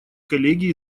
коллеги